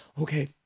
Okay